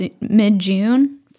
mid-June